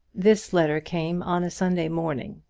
this letter came on a sunday morning,